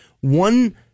One